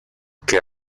que